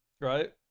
right